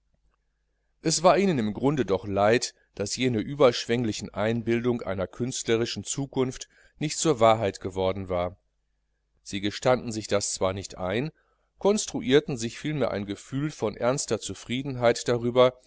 es war ihnen im grunde doch leid daß jene überschwänglichen einbildungen einer künstlerischen zukunft nicht zur wahrheit geworden waren sie gestanden sich das zwar nicht ein konstruierten sich vielmehr ein gefühl von ernster zufriedenheit darüber